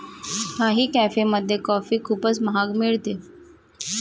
काही कॅफेमध्ये कॉफी खूपच महाग मिळते